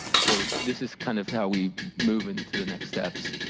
so this is kind of how we move into the next steps.